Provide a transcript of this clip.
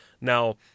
Now